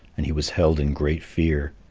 and he was held in great fear.